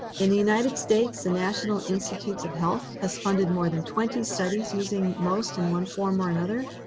in the united states, the national institutes of health has funded more than twenty studies using most in one form or another,